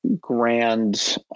grand